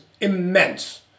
immense